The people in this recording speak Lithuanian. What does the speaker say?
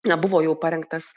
nebuvo jau parengtas